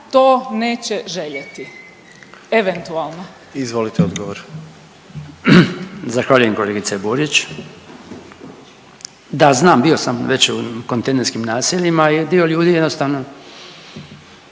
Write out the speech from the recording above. Izvolite odgovor. **Bačić, Branko (HDZ)** Zahvaljujem kolegice Burić. Da, znam bio sam već u kontejnerskim naseljima i dio ljudi jednostavno